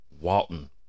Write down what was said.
Walton